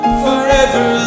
forever